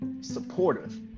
supportive